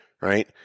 right